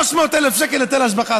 300,000 שקל היטל השבחה.